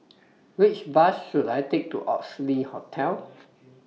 Which Bus should I Take to Oxley Hotel